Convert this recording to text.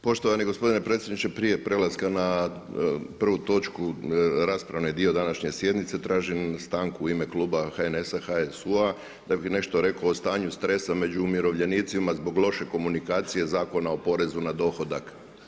Poštovani gospodine predsjedniče prije prelaska na prvu točku raspravni dio današnje sjednice, tražim stanku u ime kluba HNS-a, HSU-a jer bih nešto rekao o stanju stresa među umirovljenicima zbog loše komunikacije Zakona o porezu na dohodak.